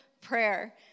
Prayer